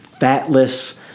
fatless